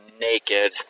naked